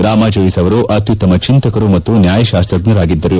ರಾಮಾ ಜೋಯಿಸ್ ಅವರು ಅತ್ಯುತ್ತಮ ಚಿಂತಕರು ಮತ್ತು ನ್ಯಾಯಶಾಸ್ತಜ್ಞರಾಗಿದ್ದರು